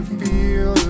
feel